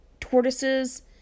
tortoises